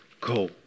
Go